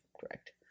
correct